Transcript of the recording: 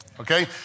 Okay